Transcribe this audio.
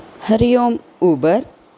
Hari Om Uber